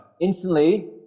Instantly